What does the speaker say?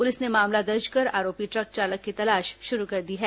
police ने मामला दर्ज कर आरोपी ट्रक चालक की तलाश शुरू कर दी है